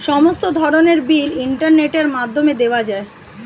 সমস্ত ধরনের বিল ইন্টারনেটের মাধ্যমে দেওয়া যায়